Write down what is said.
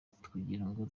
kugirango